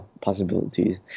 possibilities